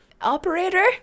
operator